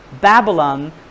Babylon